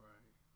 Right